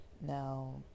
Now